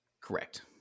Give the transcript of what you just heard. Correct